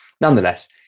Nonetheless